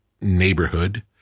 neighborhood